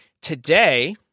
Today